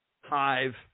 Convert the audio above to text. Hive